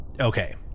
Okay